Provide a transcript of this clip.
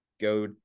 go